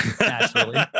Naturally